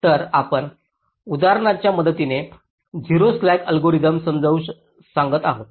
तर आपण उदाहरणाच्या मदतीने 0 स्लॅक अल्गोरिदम समजावून सांगत आहोत